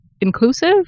inclusive